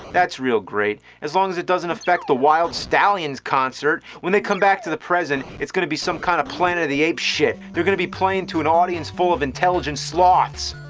thatis real great, as long as it doesnit affect the wild stallions concert. when they come back to the present, itis gonna be some kind of planet of the apes shit. theyire gonna be playing to an audience full of intelligent sloths.